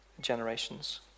generations